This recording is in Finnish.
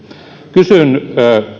kysyn